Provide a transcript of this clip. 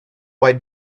why